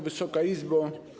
Wysoka Izbo!